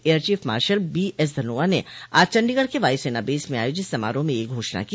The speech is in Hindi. air chief marshal B S Dhanoa ने आज चण्डीगढ़ के वायुसेना बेस में आयोजित समारोह में यह घोषणा की